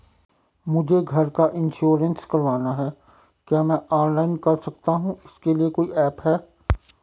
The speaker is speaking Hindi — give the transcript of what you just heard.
मुझे घर का इन्श्योरेंस करवाना है क्या मैं ऑनलाइन कर सकता हूँ इसके लिए कोई ऐप है?